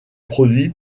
produit